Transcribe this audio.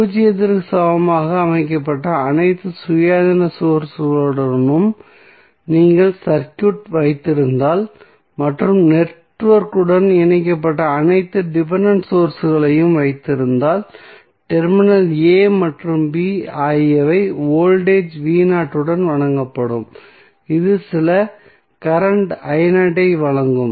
பூஜ்ஜியத்திற்கு சமமாக அமைக்கப்பட்ட அனைத்து சுயாதீன சோர்ஸ்களுடனும் நீங்கள் சர்க்யூட் வைத்திருந்தால் மற்றும் நெட்வொர்க்குடன் இணைக்கப்பட்ட அனைத்து டிபென்டென்ட் சோர்ஸ்களையும் வைத்திருந்தால் டெர்மினல் a மற்றும் b ஆகியவை வோல்டேஜ் உடன் வழங்கப்படும் இது சில கரண்ட் ஐ வழங்கும்